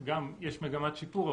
יש מגמת שיפור,